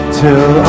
till